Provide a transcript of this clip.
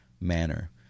manner